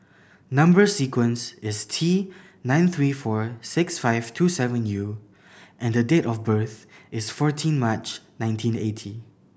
number sequence is T nine three four six five two seven U and date of birth is fourteen March nineteen eighty